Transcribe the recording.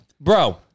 bro